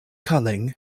culling